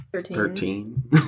Thirteen